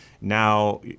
now